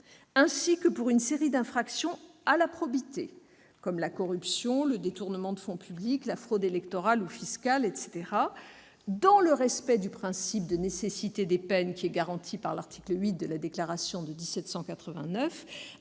crime et pour une série d'infractions à la probité comme la corruption, le détournement de fonds publics ou encore la fraude électorale ou fiscale, dans le respect du principe de nécessité des peines garanti par l'article VIII de la Déclaration de 1789